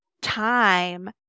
time